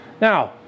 Now